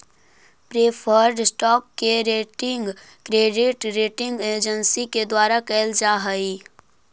preferred stock के rating credit rating agency के द्वारा कैल जा हइ